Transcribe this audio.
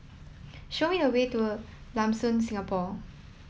show me the way to Lam Soon Singapore